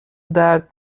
درد